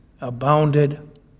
abounded